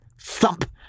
thump